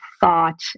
thought